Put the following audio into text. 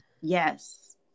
Yes